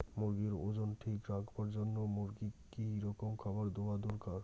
মুরগির ওজন ঠিক রাখবার জইন্যে মূর্গিক কি রকম খাবার দেওয়া দরকার?